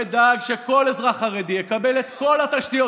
אני אדאג שכל אזרח חרדי יקבל את כל התשתיות